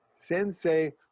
Sensei